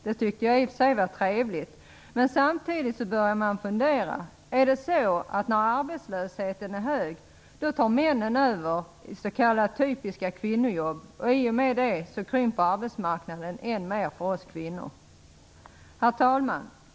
Det tyckte jag i och för sig var trevligt, men samtidigt började jag fundera: Är det så att när arbetslösheten är hög, tar männen över även s.k. typiska kvinnojobb, så att arbetsmarknaden därmed krymper än mer för oss kvinnor? Herr talman!